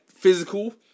physical